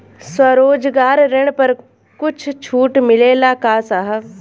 स्वरोजगार ऋण पर कुछ छूट मिलेला का साहब?